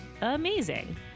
amazing